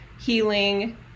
healing